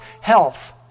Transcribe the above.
health